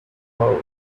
horse